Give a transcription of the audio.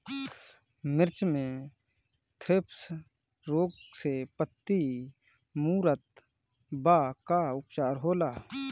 मिर्च मे थ्रिप्स रोग से पत्ती मूरत बा का उपचार होला?